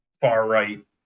far-right